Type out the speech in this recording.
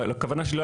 אז הכוונה שלי,